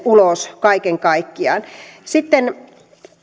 ulos kaiken kaikkiaan sitten